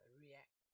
react